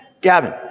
Gavin